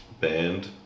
band